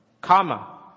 Karma